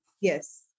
yes